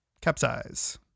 Capsize